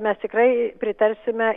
mes tikrai pritarsime